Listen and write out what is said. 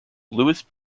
louis